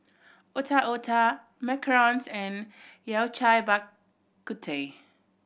Otak Otak macarons and Yao Cai Bak Kut Teh